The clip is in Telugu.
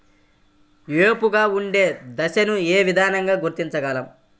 ఏపుగా ఉండే దశను ఏ విధంగా గుర్తించగలం?